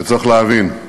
וצריך להבין,